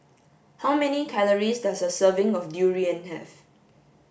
how many calories does a serving of durian have